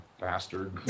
bastard